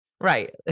Right